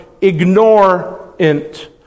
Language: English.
ignorant